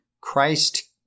Christ